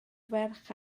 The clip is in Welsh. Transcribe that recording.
ferch